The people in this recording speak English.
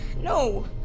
No